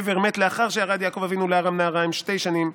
עבר מת לאחר שירד יעקב אבינו לארם נהריים שתי שנים,